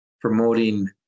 promoting